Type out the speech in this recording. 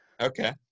Okay